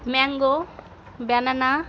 mango banana